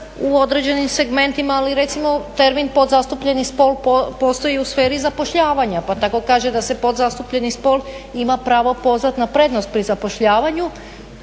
u određenim segmentima. Ali recimo termin podzastupljeni spol postoji i u sferi zapošljavanja pa tako kaže da se podzastupljeni spol ima pravo pozvat ne prednost pri zapošljavanju